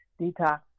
detox